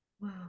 Wow